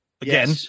again